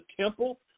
temple